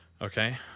Okay